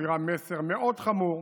מעבירה מסר מאוד חמור,